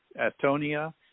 Atonia